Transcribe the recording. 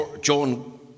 John